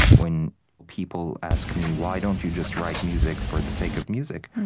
when people ask me, why don't you just write music for the sake of music?